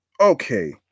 Okay